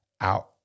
out